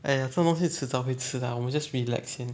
!aiya! 这东西迟早会吃的我们 just relax 先